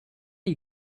you